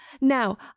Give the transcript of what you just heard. Now